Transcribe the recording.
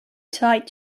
tight